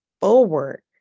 forward